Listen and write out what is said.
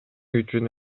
үчүн